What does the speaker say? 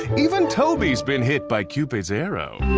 even tobey's been hit by cupid's arrow.